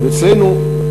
ואצלנו,